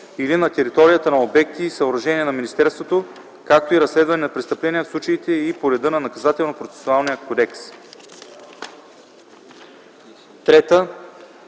и/или на територията на обекти и съоръжения на министерството, както и разследване на престъпления в случаите и по реда на Наказателнопроцесуалния кодекс; 3.